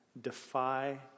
defy